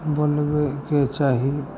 बोलेके चाही